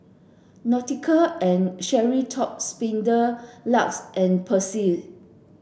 Nautica and Sperry Top Sider LUX and Persil